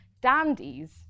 dandies